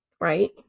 right